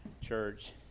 Church